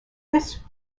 this